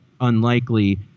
unlikely